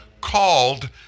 called